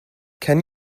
can